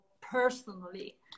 personally